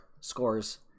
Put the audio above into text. scores